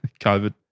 COVID